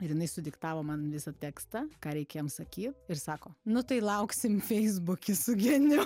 ir jinai sudiktavo man visą tekstą ką reikia jam sakyt ir sako nu tai lauksim feisbuke su geniu